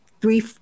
three